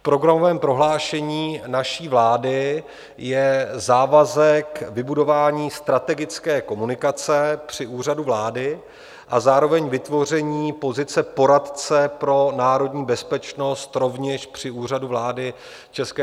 V programovém prohlášení naší vlády je závazek vybudování strategické komunikace při Úřadu vlády a zároveň vytvoření pozice poradce pro národní bezpečnost, rovněž při Úřadu vlády ČR.